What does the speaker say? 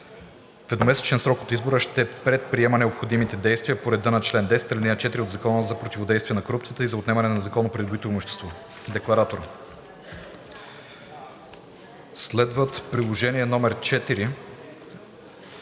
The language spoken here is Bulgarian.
в едномесечен срок от избора ще предприема необходимите действия по реда на чл. 10, ал. 4 от Закона за противодействие на корупцията и за отнемане на незаконно придобитото имущество. Декларатор:…“ Приложение № 4.